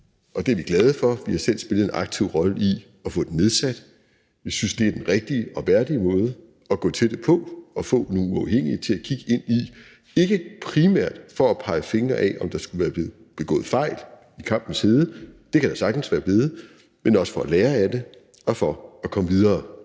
og det er vi glade for. Vi har selv spillet en aktiv rolle i at få den nedsat. Vi synes, det er den rigtige og værdige måde at gå til det på at få nogle uafhængige til at kigge ind i det og ikke primært for at pege fingre, hvis der skulle være blevet begået fejl i kampens hede – det kan der sagtens være blevet – men for også at lære af det og for at komme videre.